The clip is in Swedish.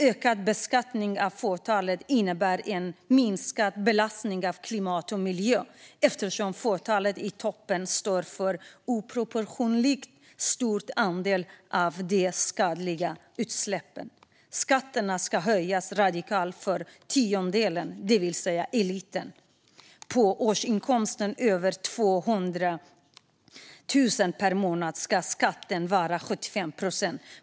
Ökad beskattning av fåtalet innebär en minskad belastning på klimat och miljö, eftersom fåtalet i toppen står för en oproportionerligt stor andel av de skadliga utsläppen. Skatterna ska höjas radikalt för tiondelen, det vill säga eliten. På årsinkomsten för den som tjänar över 200 000 per månad ska skatten vara 75 procent.